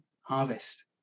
harvest